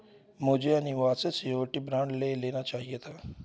मुझे अविनाश से surety bond ले लेना चाहिए था